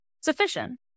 Sufficient